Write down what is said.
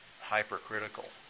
hypercritical